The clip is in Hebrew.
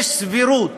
יש סבירות,